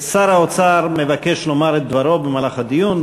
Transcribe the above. שר האוצר מבקש לומר את דברו במהלך הדיון,